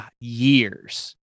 years